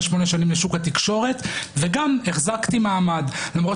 שמונה שנים לשוק התקשורת וגם החזקתי מעמד למרות